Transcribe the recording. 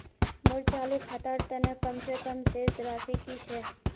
मोर चालू खातार तने कम से कम शेष राशि कि छे?